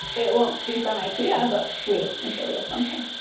it won't be from ikea, but, we have, i'm sure we have something.